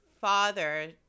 father